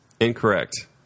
Incorrect